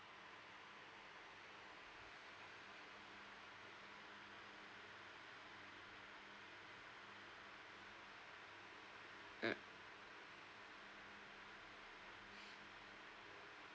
mm